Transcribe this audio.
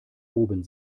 oben